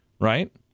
right